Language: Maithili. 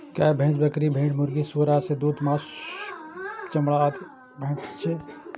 गाय, भैंस, बकरी, भेड़, मुर्गी, सुअर आदि सं दूध, मासु, चमड़ा, अंडा आदि भेटै छै